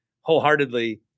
wholeheartedly